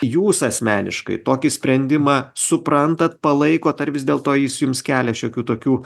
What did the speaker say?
jūs asmeniškai tokį sprendimą suprantat palaikot ar vis dėlto jis jums kelia šiokių tokių